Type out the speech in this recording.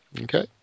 Okay